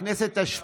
גם בכנסת התשע-עשרה